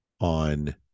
on